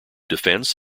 defence